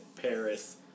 Paris